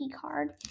card